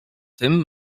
tym